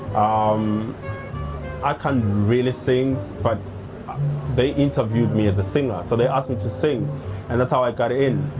um i can't really sing but they interviewed me as a singer. so they asked me to sing and that's how i got in.